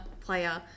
player